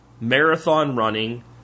marathon-running